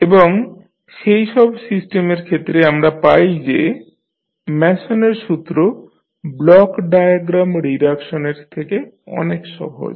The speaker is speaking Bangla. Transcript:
এবং সেইসব সিস্টেমের ক্ষেত্রে আমরা পাই যে ম্যাসনের সূত্র ব্লক ডায়াগ্রাম রিডাকশনের থেকে অনেক সহজ